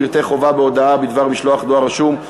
פרטי חובה בהודעה בדבר משלוח דואר רשום),